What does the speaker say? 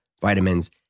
Vitamins